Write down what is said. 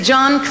John